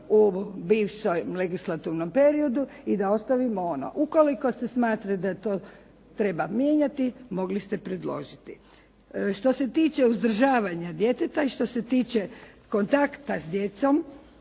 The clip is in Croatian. u bivšem legislatornom periodu i da ostavimo ono. Ukoliko ste smatrali da to treba mijenjati, mogli ste predložiti. Što se tiče uzdržavanja djeteta i što se tiče kontakta s djecom